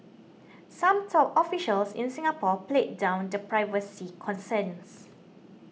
some top officials in Singapore played down the privacy concerns